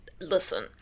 listen